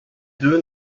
deux